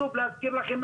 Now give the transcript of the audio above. שוב להזכיר לכם,